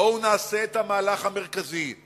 בואו נעשה את המהלך המרכזי.